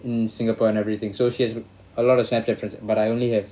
in singapore and everything so she has a lot of Snapchat friends but I only have